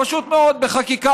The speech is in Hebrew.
פשוט מאוד בחקיקה.